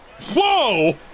Whoa